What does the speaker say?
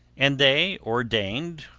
and they ordained,